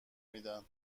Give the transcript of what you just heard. میدن